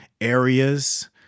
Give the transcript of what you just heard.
areas